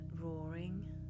roaring